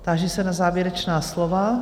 Táži se na závěrečná slova?